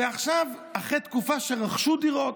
ועכשיו, אחרי תקופה שרכשו דירות,